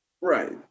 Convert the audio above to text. Right